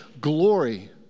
glory